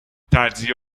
تجزیه